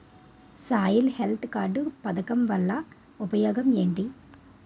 Soil health card పథకం వల్ల ఉపయోగం ఏంటి?